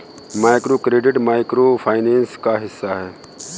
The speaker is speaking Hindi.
माइक्रोक्रेडिट माइक्रो फाइनेंस का हिस्सा है